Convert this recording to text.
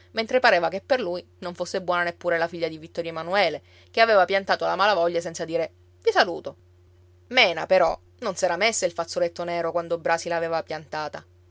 mentre pareva che per lui non fosse buona nemmeno la figlia di vittorio emanuele ché aveva piantato la malavoglia senza dire vi saluto mena però non s'era messa il fazzoletto nero quando brasi l'aveva piantata